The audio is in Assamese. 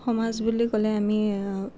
সমাজ বুলি ক'লে আমি